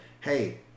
Hey